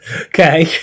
okay